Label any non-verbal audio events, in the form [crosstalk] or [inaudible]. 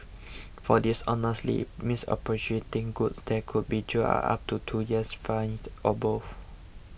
[noise] for dishonestly misappropriating goods they could be jailed up to two years fined or both